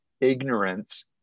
ignorance